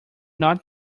not